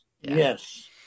yes